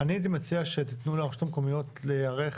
אני הייתי מציע שתתנו לרשויות המקומיות להיערך